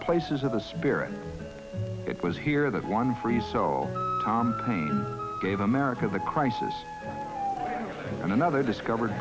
places of the spirit it was here that one free soul gave america the crisis and another discovered